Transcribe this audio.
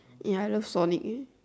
ya I love sonic eh